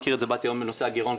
באתי היום בנושא הגרעון,